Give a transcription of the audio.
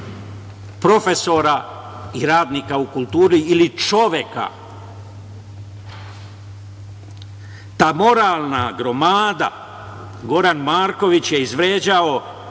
profesora i radnika u kulturi ili čoveka. Ta moralna gromada, Goran Marković je izvređao i